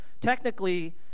technically